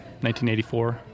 1984